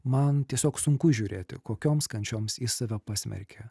man tiesiog sunku žiūrėti kokioms kančioms jis save pasmerkė